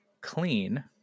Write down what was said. clean